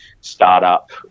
startup